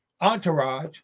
entourage